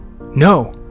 No